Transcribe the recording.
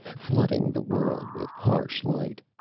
flooding the world with harsh light.